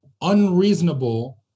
unreasonable